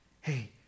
Hey